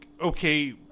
okay